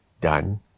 done